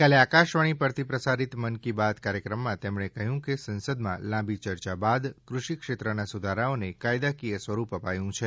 ગઈકાલે આકાશવાણી પરથી પ્રસારીત મન કી બાત કાર્યક્રમમાં તેમણે કહ્યું કે સંસદમાં લાંબી ચર્ચા બાદ કૃષિક્ષેત્રેના સુધારાઓને કાયદાકીય સ્વરૂપ અપાયું છે